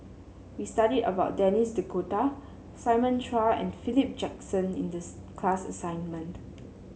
we studied about Denis D'Cotta Simon Chua and Philip Jackson in these class assignment